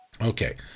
Okay